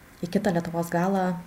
į kitą lietuvos galą